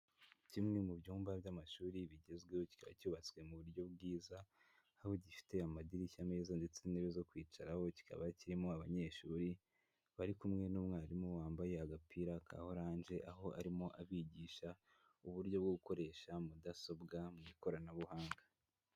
Kimwe mu byumba by'amashuri bigezweho kikaba cyubatswe mu buryo bwiza aho gifite amadirishya meza ndetse n'intebe zo kwicaraho, kikaba kirimo abanyeshuri bari kumwe n'umwarimu wambaye agapira ka orange, aho arimo abigisha uburyo bwo gukoresha mudasobwa mu ikoranabuhanga.